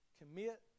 Commit